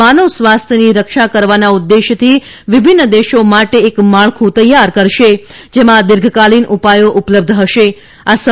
માનવ સ્વાસ્થ્યની રક્ષા કરવાના ઉદ્દેશથી વિભિન્ન દેશો માટે એક માળખુ તૈયાર કરશે જેમાં દિર્ધકાલીન ઉપાયો ઉપલબ્ધ હશેઆ સં